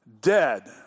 Dead